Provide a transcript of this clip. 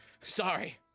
Sorry